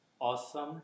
awesome